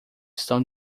estão